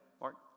Mark